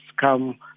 come